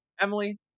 Emily